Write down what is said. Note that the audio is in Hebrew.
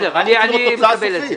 אנחנו רוצים לראות תוצאה הסופית.